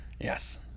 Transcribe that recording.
Yes